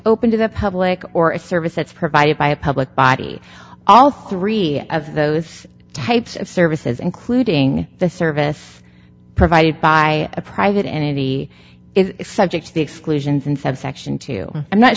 open to the public or a service that's provided by a public body all three of those types of services including the service provided by a private entity is subject to the exclusion of section two i'm not